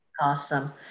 Awesome